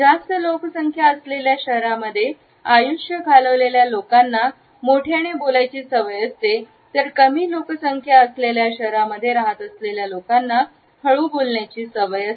जास्त लोकसंख्या असलेल्या शहरांमध्ये आयुष्य घालवलेल्या लोकांना मोठ्याने बोलायचे सवय असते तर कमी लोकसंख्या असलेल्या शहरांमध्ये रहात असलेल्या लोकांना हळू बोलण्याची सवय असते